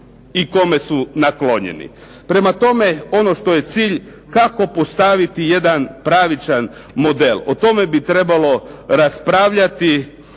i kome su naklonjeni. Prema tome, ono što je cilj kako postaviti jedan pravičan model, o tome bi trebalo raspravljati